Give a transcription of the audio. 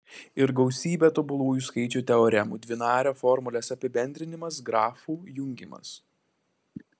ir gausybė tobulųjų skaičių teoremų dvinario formulės apibendrinimas grafų jungimas